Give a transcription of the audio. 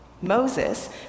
Moses